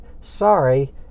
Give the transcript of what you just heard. sorry